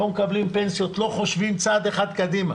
לא חושבים צעד אחד קדימה.